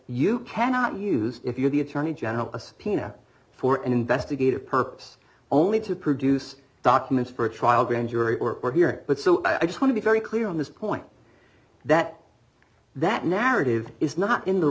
you cannot use if you're the attorney general a subpoena for an investigative purpose only to produce documents for a trial grand jury or here but so i just want to be very clear on this point that that narrative is not in the